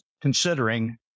considering